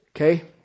Okay